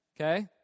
Okay